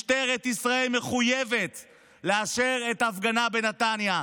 משטרת ישראל מחויבת לאשר את ההפגנה בנתניה.